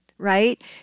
Right